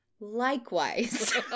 Likewise